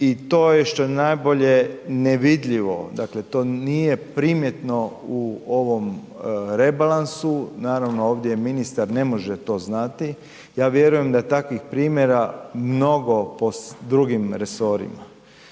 i to je što je najbolje nevidljivo, to nije primjetno u ovom rebalansu. Naravno ovdje ministar ne može to znati. Ja vjerujem da takvih primjera mnogo po drugim resorima